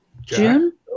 June